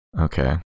Okay